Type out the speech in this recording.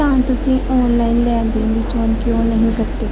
ਤਾਂ ਤੁਸੀਂ ਔਨਲਾਈਨ ਲੈਣ ਦੇਣ ਦੀ ਚੋਣ ਕਿਉਂ ਨਹੀਂ ਕਰਦੇ